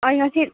ꯑꯩ ꯉꯁꯤ